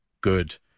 good